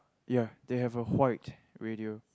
ya they have a white radio